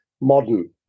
modern